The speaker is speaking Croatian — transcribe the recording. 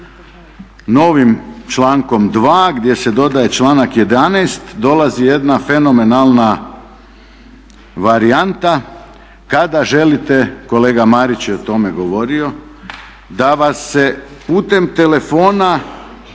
novim člankom 2. gdje se dodaje članak 11. dolazi jedna fenomenalna varijanta kada želite, kolega Marić je o tome govorio, da vas se putem telefona